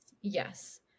Yes